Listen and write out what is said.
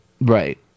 right